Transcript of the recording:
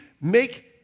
make